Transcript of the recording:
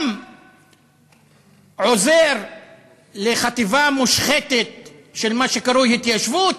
גם עוזר לחטיבה מושחתת של מה שקרוי "התיישבות"